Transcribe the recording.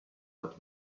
but